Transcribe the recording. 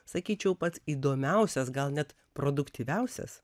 sakyčiau pats įdomiausias gal net produktyviausias